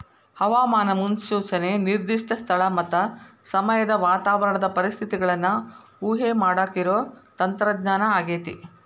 ಹವಾಮಾನ ಮುನ್ಸೂಚನೆ ನಿರ್ದಿಷ್ಟ ಸ್ಥಳ ಮತ್ತ ಸಮಯದ ವಾತಾವರಣದ ಪರಿಸ್ಥಿತಿಗಳನ್ನ ಊಹೆಮಾಡಾಕಿರೋ ತಂತ್ರಜ್ಞಾನ ಆಗೇತಿ